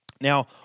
Now